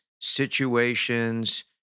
situations